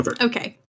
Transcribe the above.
okay